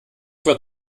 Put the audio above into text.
wird